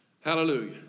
Hallelujah